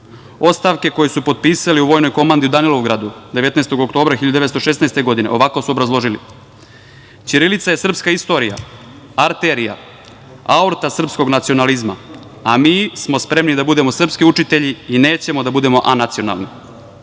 Ostavke koje su potpisali u vojnoj komandi u Danilovgradu, 19. oktobra 1916. godine, ovako su obrazložili - ćirilica je srpska istorija, arterija, aorta srpskog nacionalizma, a mi smo spremni da budemo srpski učitelji i nećemo da budemo anacionalni. Dalje,